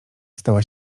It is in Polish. stała